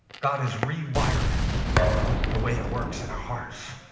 god is rewiring the way it works in our hearts.